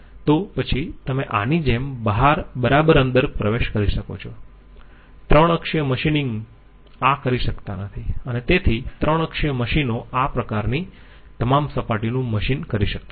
તો પછી તમે આની જેમ બરાબર અંદર પ્રવેશ કરી શકો છો 3 અક્ષીય મશીનો આ કરી શકતા નથી અને તેથી 3 અક્ષીય મશીનો આ પ્રકારની તમામ સપાટીઓનું મશીન કરી શકતા નથી